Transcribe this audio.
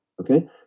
okay